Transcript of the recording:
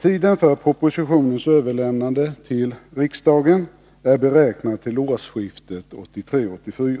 Tiden för propositionens överlämnande till riksdagen är beräknad till årsskiftet 1983-1984.